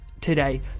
today